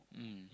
mm